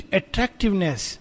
attractiveness